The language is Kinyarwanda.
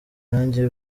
nanjye